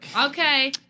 Okay